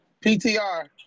PTR